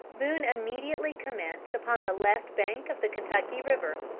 boone immediately commenced upon the left bank of the kentucky river,